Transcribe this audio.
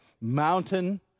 mountain